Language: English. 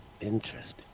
Interesting